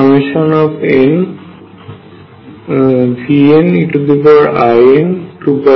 nVnein2πax